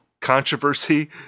controversy